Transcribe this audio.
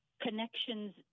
connections